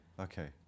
okay